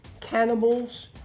Cannibals